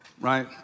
right